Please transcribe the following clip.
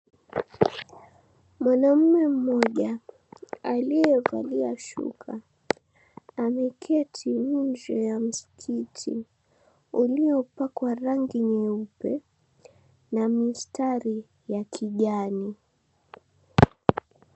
Mwanaume mmoja, aliye valia shuka ameketi inje ya msikiti, uliopakwa rangi nyeupe na mistari ya kijani.